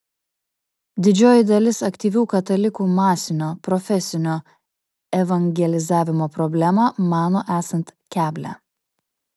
didžioji dalis aktyvių katalikų masinio profesinio evangelizavimo problemą mano esant keblią